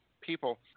people